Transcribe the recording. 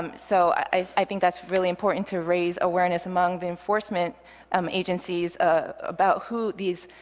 um so i think that's really important to raise awareness among the enforcement um agencies ah about who these